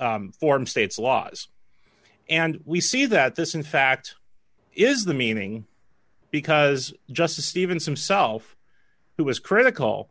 e form state's laws and we see that this in fact is the meaning because justice stevens himself who was critical